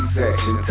section